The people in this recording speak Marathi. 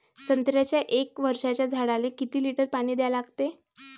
संत्र्याच्या एक वर्षाच्या झाडाले किती लिटर पाणी द्या लागते?